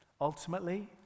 Ultimately